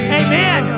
amen